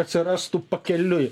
atsirastų pakeliui